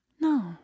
No